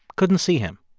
couldn't see him.